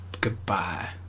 Goodbye